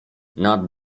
nad